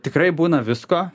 tikrai būna visko